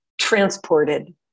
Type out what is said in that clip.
Transported